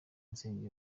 insengero